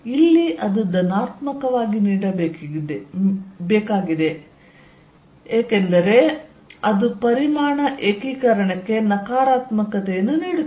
ಇಲ್ಲಿ ಅದು ಧನಾತ್ಮಕವಾಗಿ ನೀಡಬೇಕಿದೆ ಅಲ್ಲಿ ಅದು ಪರಿಮಾಣ ಏಕೀಕರಣಕ್ಕೆ ನಕಾರಾತ್ಮಕತೆಯನ್ನು ನೀಡುತ್ತದೆ